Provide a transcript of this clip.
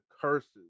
curses